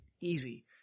easy